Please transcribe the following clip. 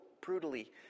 brutally